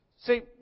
See